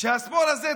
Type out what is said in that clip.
שהשמאל הזה,